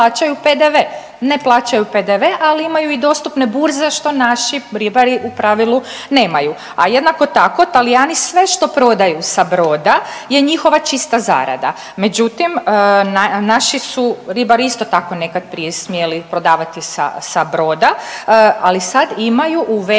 ne plaćaju PDV ali imaju i dostupne burze što naši ribari u pravilu nemaju. A jednako tako Talijani sve što prodaju sa broda je njihova čista zarada. Međutim, naši su ribari isto tako nekad prije smjeli prodavati sa, sa broda, ali sad imaju uveden